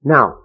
Now